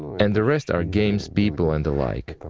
and the rest are games, people, and the like.